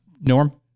Norm